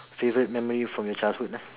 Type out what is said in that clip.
favourite memory from your childhood lah